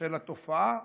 של התופעה.